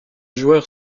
joueur